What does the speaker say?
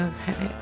Okay